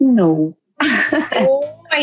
no